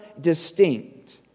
distinct